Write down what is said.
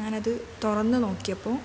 ഞാനത് തുറന്ന് നോക്കിയപ്പോൾ